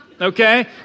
okay